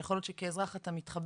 שיכול להיות שכאזרח אתה מתחבר,